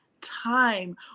time